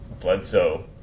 Bledsoe